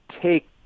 take